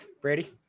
Brady